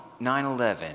9-11